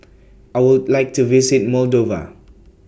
I Would like to visit Moldova